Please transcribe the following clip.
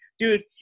Dude